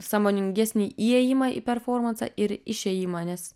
sąmoningesnį įėjimą į performansą ir išėjimą nes